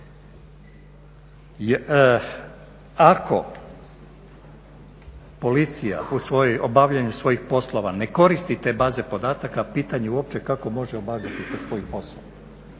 Ako policija u obavljaju svojih poslova ne koristi te baze podataka, pitanje je uopće kako može obavljati te svoje poslove.